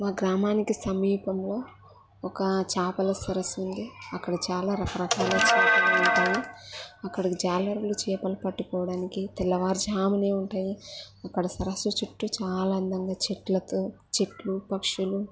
మా గ్రామానికి సమీపంలో ఒక చేాపల సరస్సు ఉంది అక్కడ చాలా రకరకాల చేపలు ఉంటాయి అక్కడికి జాలారులు చేపలు పట్టుకోవడానికి తెల్లవారు జామునే ఉంటాయి అక్కడ సరస్సు చుట్టూ చాలా అందంగా చెట్లతో చెట్లు పక్షులు